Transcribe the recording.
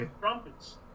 trumpets